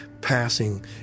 passing